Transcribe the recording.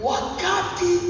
Wakati